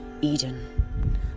Eden